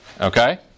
Okay